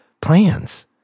plans